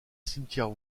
cimetière